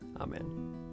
Amen